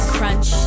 Crunch